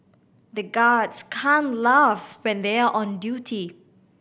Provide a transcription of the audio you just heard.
the guards can't laugh when they are on duty